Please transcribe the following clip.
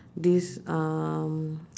this um